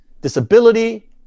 disability